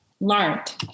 learned